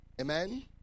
Amen